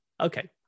Okay